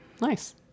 Nice